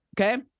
okay